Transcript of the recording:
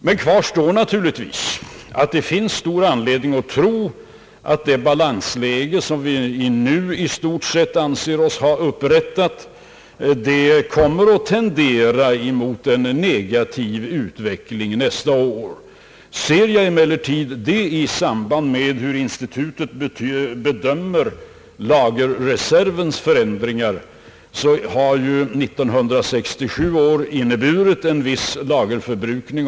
Men kvar står naturligtvis att det finns stor anledning att tro att det balansläge som vi nu i stort sett anser oss ha upprättat kommer att tendera mot en negativ utveckling nästa år. Härvid bör emellertid beaktas hur institutet bedömer lagerreservens förändringar. År 1967 har inneburit en viss lagerförbrukning.